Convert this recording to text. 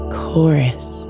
chorus